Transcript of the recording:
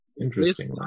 interesting